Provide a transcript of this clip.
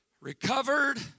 recovered